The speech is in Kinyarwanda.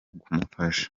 kumufasha